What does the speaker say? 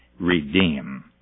redeem